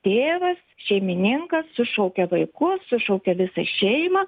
tėvas šeimininkas sušaukia vaikus sušaukia visą šeimą